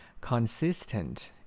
consistent